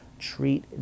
treat